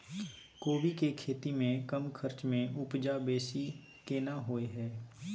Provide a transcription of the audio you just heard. कोबी के खेती में कम खर्च में उपजा बेसी केना होय है?